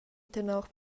tenor